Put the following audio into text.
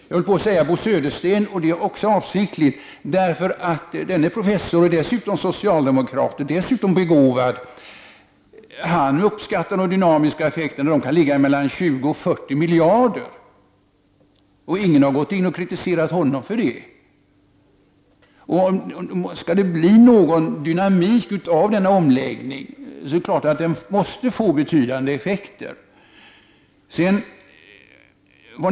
Jag höll på att säga Bo Södersten, och det också avsiktligt, därför att denne professor, dessutom socialdemokrat, och dessutom begåvad, uppskattar de dynamiska effekterna till mellan 20 och 40 miljarder. Ingen har kritiserat honom för det. Om det skall bli någon dynamik av denna omläggning måste den få betydande effekter.